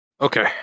Okay